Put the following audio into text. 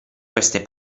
queste